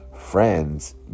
friends